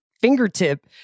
fingertip